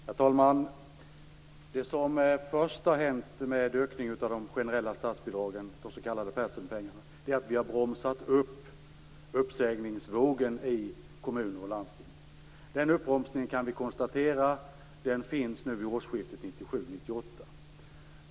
Herr talman! Det som först har skett genom ökningen av de generella statsbidragen, de s.k. Perssonpengarna, är att vi har bromsat upp uppsägningsvågen i kommuner och landsting. Vi kunde vid årsskiftet 1997-1998 konstatera att den uppbromsningen har skett.